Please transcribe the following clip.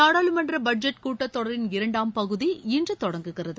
நாடாளுமன்ற பட்ஜெட் கூட்டத் தொடரின் இரண்டாம் பகுதி இன்று தொடங்குகிறது